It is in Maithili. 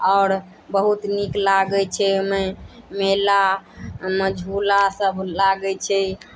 आओर बहुत नीक लागै छै ओहि मेलामे झूला सब लागै छै